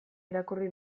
irakurri